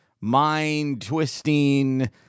mind-twisting